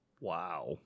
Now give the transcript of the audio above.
Wow